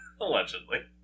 Allegedly